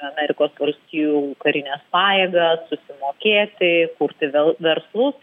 amerikos valstijų karines pajėgas susimokėti kurti vėl verslus